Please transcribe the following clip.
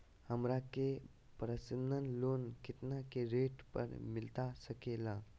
हमरा के personal loan कितना के रेट पर मिलता सके ला?